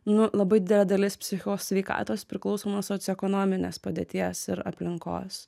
nu labai didelė dalis psichikos sveikatos priklauso nuo socioekonominės padėties ir aplinkos